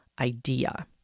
idea